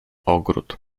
ogród